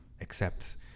accepts